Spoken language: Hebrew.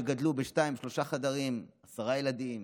שגדלו בשניים-שלושה חדרים ועשרה ילדים,